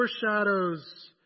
foreshadows